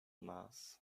mass